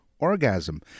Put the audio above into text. orgasm